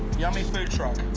yummy food truck.